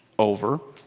over,